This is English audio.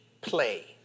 play